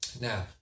Now